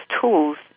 tools